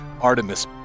Artemis